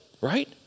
right